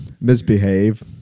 misbehave